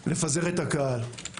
כדי לפזר את הקהל.